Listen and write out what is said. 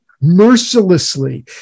mercilessly